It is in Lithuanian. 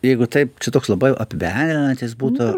jeigu taip čia toks labai apibendrinantis būtų